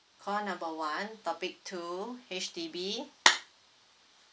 call number one topic two H_D_B